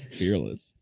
fearless